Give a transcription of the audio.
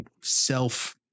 self